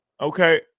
Okay